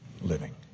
living